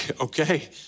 Okay